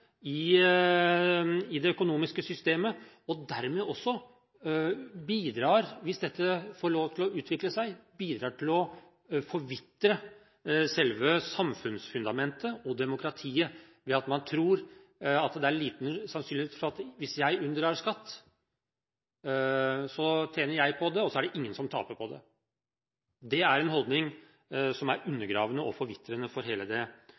i det økonomiske systemet, og hvis dette får lov til å utvikle seg, bidrar det dermed til å forvitre selve samfunnsfundamentet og demokratiet ved at man tror at det er liten sannsynlighet for at hvis jeg unndrar skatt, tjener jeg på det, og det er ingen som taper på det. Det er en holdning som er undergravende og forvitrende for hele samfunnsstrukturen. Derfor er dette vesentlig. Det